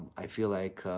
i feel like